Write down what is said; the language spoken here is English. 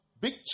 big